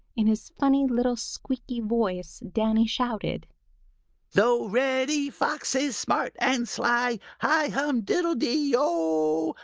in his funny little squeaky voice danny shouted though reddy fox is smart and sly, hi-hum-diddle-de-o!